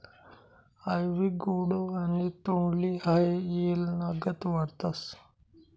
आइवी gourd आणि तोंडली हाई येलनागत वाढतस